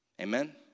Amen